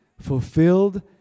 fulfilled